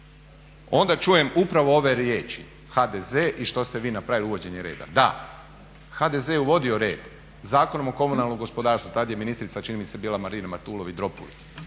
onda čujem upravo ove riječi HDZ i što ste vi napravili uvođenje reda? Da HDZ je uvodio red Zakonom o komunalnom gospodarstvu, tad je ministrica čini mi se bila Marina Matulović Dropulić